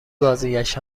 بازگشت